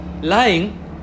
lying